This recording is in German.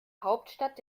hauptstadt